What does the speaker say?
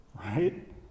right